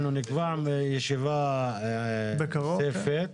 אנחנו נקבע ישיבה נוספת.